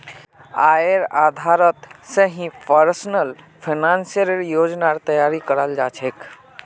आयेर आधारत स ही पर्सनल फाइनेंसेर योजनार तैयारी कराल जा छेक